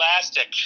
Elastic